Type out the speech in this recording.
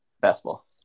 Basketball